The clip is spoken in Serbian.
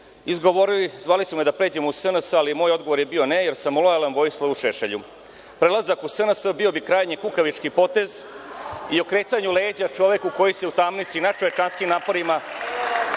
izgovorili – zvali su me da pređem u SNS, ali moj odgovor je bio – ne, jer sam lojalan Vojislavu Šešelju. Prelazak u SNS bio bi krajnje kukavički potez i okretanju leđa čoveku koji se u tamnici nadčovečanskim naporima